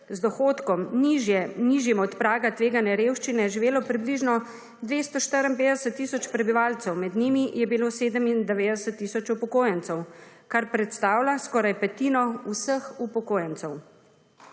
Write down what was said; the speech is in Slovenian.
z dohodkom nižjim od praga tveganja revščine živelo približno 254 tisoč prebivalcev, med njimi je bilo 97 tisoč upokojencev, kar predstavlja skoraj petino vseh upokojencev.